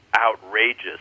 outrageous